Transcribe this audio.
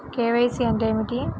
KYC అంటే ఏమి?